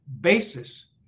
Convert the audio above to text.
basis